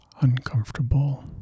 uncomfortable